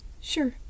Sure